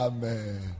Amen